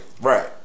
Right